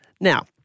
Now